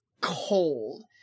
cold